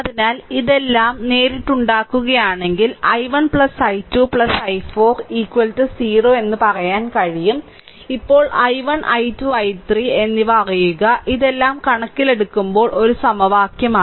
അതിനാൽ ഇതെല്ലാം ഇത് നേരിട്ട് ഉണ്ടാക്കുകയാണെങ്കിൽ i1 i2 i4 0 എന്ന് പറയാൻ കഴിയും ഇപ്പോൾ i1 i2 i3 എന്നിവ അറിയുക ഇതെല്ലാം കണക്കിലെടുക്കുമ്പോൾ ഒരു സമവാക്യമാണ്